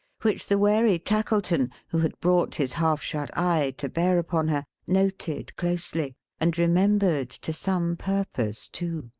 which the wary tackleton, who had brought his half-shut eye to bear upon her, noted closely and remembered to some purpose too,